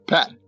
Pat